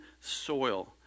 soil